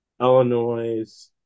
Illinois